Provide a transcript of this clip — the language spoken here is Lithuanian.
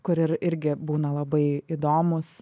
kur ir irgi būna labai įdomūs